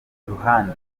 ruhande